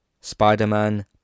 Spider-Man